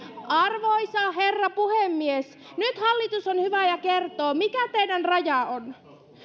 arvoisa herra puhemies hallitus on nyt hyvä ja kertoo mikä teidän rajanne on